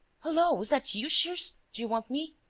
hullo, is that you, shears? do you want me?